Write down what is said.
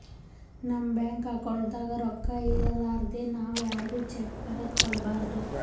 ನಮ್ ಬ್ಯಾಂಕ್ ಅಕೌಂಟ್ದಾಗ್ ರೊಕ್ಕಾ ಇರಲಾರ್ದೆ ನಾವ್ ಯಾರ್ಗು ಚೆಕ್ಕ್ ಬರದ್ ಕೊಡ್ಬಾರ್ದು